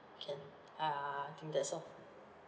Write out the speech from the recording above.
can err I think that's all